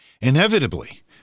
Inevitably